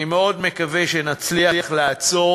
אני מאוד מקווה שנצליח לעצור